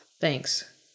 thanks